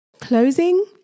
Closing